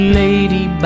lady